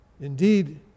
Indeed